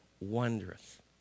wondrous